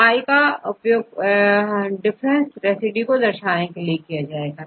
तो i का उपयोग डिफरेंट रेसिड्यू को दर्शाने में होता है